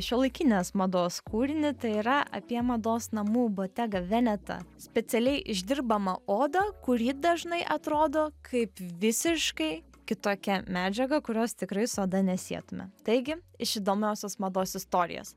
šiuolaikinės mados kūrinį tai yra apie mados namų botega veneta specialiai išdirbamą odą kuri dažnai atrodo kaip visiškai kitokia medžiaga kurios tikrai su oda nesietume taigi iš įdomiosios mados istorijos